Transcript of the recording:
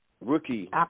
rookie